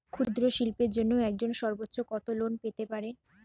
ক্ষুদ্রশিল্পের জন্য একজন সর্বোচ্চ কত লোন পেতে পারে?